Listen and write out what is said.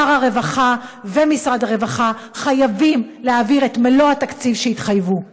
שר הרווחה ומשרד הרווחה חייבים להעביר את מלוא התקציב שהתחייבו לו.